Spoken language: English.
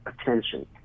attention